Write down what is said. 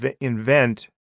invent